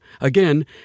Again